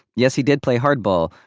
yes he did play hardball,